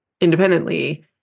independently